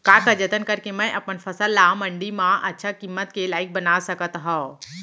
का का जतन करके मैं अपन फसल ला मण्डी मा अच्छा किम्मत के लाइक बना सकत हव?